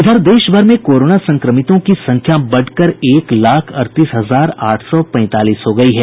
इधर देश भर में कोरोना संक्रमितों की संख्या बढ़कर एक लाख अड़तीस हजार आठ सौ पैंतालीस हो गयी है